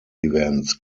events